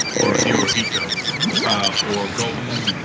or hirohito ah or goebbels.